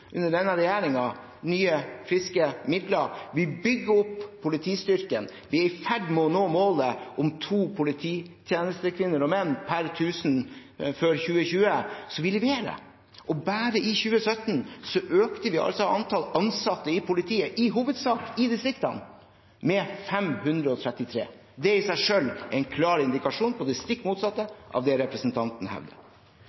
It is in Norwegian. under denne regjeringen – nye, friske midler. Vi bygger opp politistyrken. Vi er i ferd med å nå målet om to polititjenestekvinner og -menn per tusen før 2020. Så vi leverer. Bare i 2017 økte vi antall ansatte i politiet, i hovedsak i distriktene, med 533. Det i seg selv er en klar indikasjon på det stikk motsatte